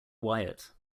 wyatt